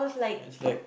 it's like